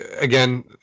again